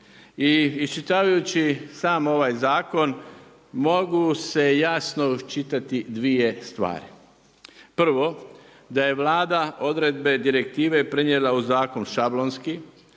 I iščitavajući sam ovaj zakon mogu se jasno iščitati dvije stvari. Prvo, da je Vlada odredbe direktive prenijela u zakon šablonski